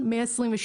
127